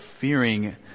fearing